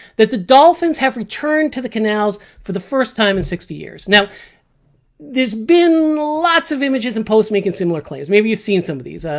that the dolphins have returned to the canals for the first time in sixty years. now there's been lots of images and posts making similar claims. maybe you've seen some of these,